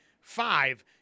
five